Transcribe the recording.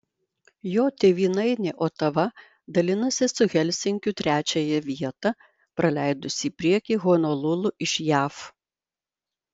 jo tėvynainė otava dalinasi su helsinkiu trečiąją vietą praleidusi į priekį honolulu iš jav